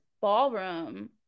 ballroom